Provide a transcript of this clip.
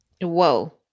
Whoa